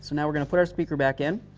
now we're going to put our speaker back in.